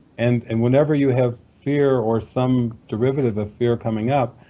and and whenever you have fear or some derivative of fear coming up,